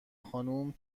خانوم